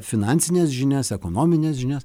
finansines žinias ekonomines žinias